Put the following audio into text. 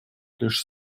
лишь